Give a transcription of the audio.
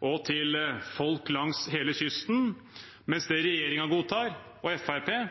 og folk langs hele kysten. Mens det regjeringen og Fremskrittspartiet